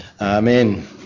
Amen